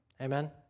Amen